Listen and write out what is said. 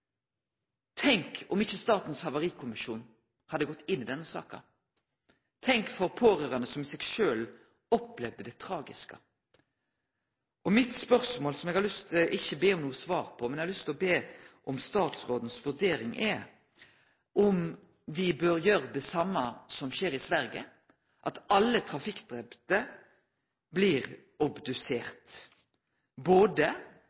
Tenk om ikkje Statens havarikommisjon hadde gått inn i denne saka! Tenk på dei pårørande som sjølve opplevde dette tragiske! Mitt spørsmål, som eg ikkje ber om noko svar på, men som eg har lyst til å få statsrådens vurdering av, er om dei bør gjere det same som dei gjer i Sverige, at alle trafikkdrepne blir obduserte, både